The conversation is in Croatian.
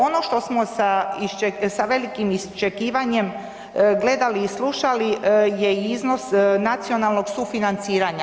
Ono što smo sa velikim iščekivanjem gledali i slušali je iznos nacionalnog sufinanciranja.